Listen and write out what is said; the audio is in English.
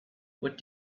what